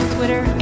Twitter